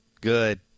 Good